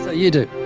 ah you do?